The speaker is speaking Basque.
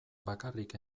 bakarrik